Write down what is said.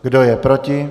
Kdo je proti?